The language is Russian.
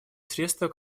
средства